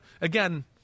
again